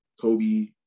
Kobe